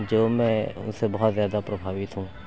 جو میں ان سے بہت زیادہ پربھاوت ہوں